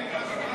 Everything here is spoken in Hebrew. כן.